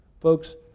Folks